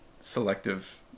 selective